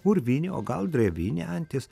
urvinė o gal drevinė antis